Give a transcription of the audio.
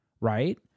right